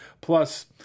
Plus